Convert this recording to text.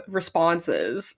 responses